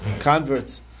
converts